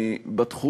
בו,